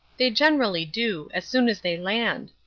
they generally do as soon as they land.